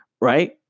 right